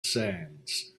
sands